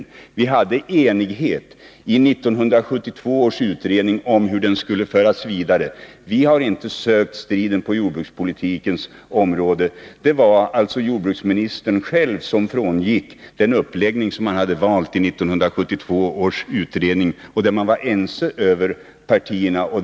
Det rådde enighet i 1972 års utredning om hur den skulle föras vidare. Vi har inte sökt strid på jordbrukspolitikens område. Det var jordbruksministern själv som frångick den uppläggning som man hade valt i 1972 års utredning, där man var ense över partigränserna.